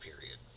period